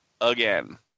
again